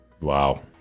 Wow